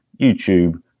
YouTube